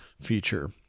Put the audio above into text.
feature